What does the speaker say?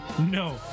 No